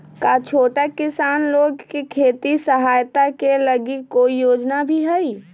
का छोटा किसान लोग के खेती सहायता के लगी कोई योजना भी हई?